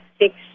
six